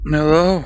Hello